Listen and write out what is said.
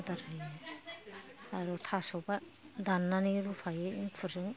आदार हायो आरो थास'बा दाननानै रुफायो एंखुरजों